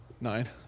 nine